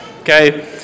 Okay